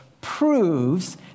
proves